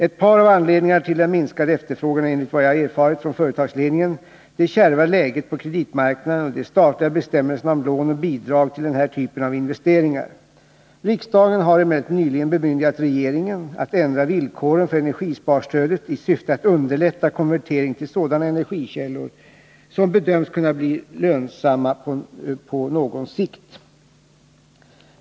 Ett par av anledningarna till den minskade efterfrågan är enligt vad jag erfarit från företagsledningen det kärva läget på kreditmarknaden och de statliga bestämmelserna om lån och bidrag till den här typen av investeringar. Riksdagen har emellertid nyligen bemyndigat regeringen att ändra villkoren för energisparstödet i syfte att underlätta konvertering till sådana energikällor som bedöms kunna bli lönsamma på någon sikt.